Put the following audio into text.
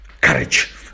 courage